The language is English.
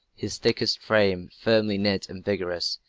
his thickset frame, firmly knit and vigorous,